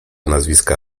nazwiska